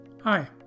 Hi